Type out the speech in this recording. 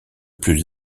plus